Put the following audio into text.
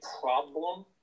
problem